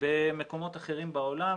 במקומות אחרים בעולם,